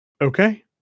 Okay